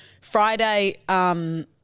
Friday